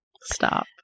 Stop